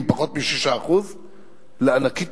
עם פחות מ-6% אין.